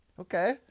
Okay